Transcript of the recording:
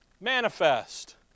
Manifest